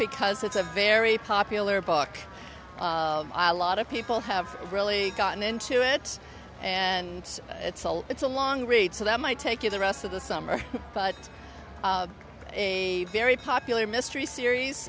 because it's a very popular book a lot of people have really gotten into it and it's all it's a long read so that might take you the rest of the summer but a very popular mystery series